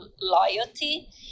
loyalty